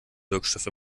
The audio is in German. wirkstoff